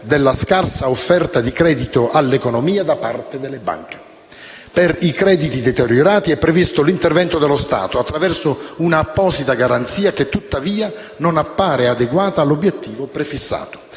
la scarsa offerta di credito all'economia da parte delle banche. Per i crediti deteriorati è previsto l'intervento dello Stato, attraverso un'apposita garanzia che, tuttavia, non appare adeguata all'obiettivo prefissato.